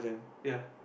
ya